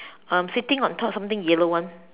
um sitting on top something yellow one